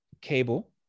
cable